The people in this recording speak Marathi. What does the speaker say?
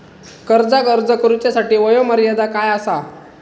कर्जाक अर्ज करुच्यासाठी वयोमर्यादा काय आसा?